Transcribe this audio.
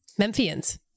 Memphians